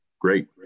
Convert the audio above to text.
great